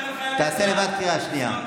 מדבר על חיילי צה"ל, תעשה לבד קריאה שנייה.